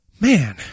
Man